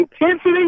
Intensity